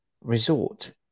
Resort